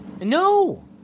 No